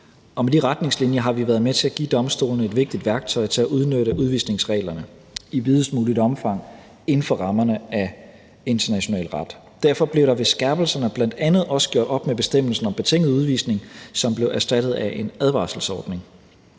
og med de retningslinjer har vi været med til at give domstolene et vigtigt værktøj til at udnytte udvisningsreglerne i videst muligt omfang inden for rammerne af international ret. Derfor blev der ved skærpelserne bl.a. også gjort op med bestemmelsen om betinget udvisning, som blev erstattet af en advarselsordning.